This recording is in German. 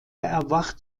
erwacht